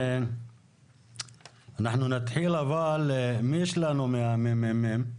אנחנו נתחיל עם מתן מהממ"מ,